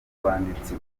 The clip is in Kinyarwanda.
banditsi